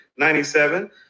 97